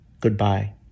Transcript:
Goodbye